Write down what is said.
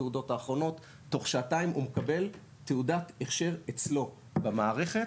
תוך שעתיים הוא מקבל תעודת הכשר אצלו במערכת.